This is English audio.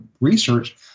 research